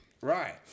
right